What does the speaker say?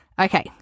Okay